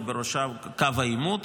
ובראשו קו העימות,